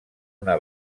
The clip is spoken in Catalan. una